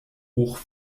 hoch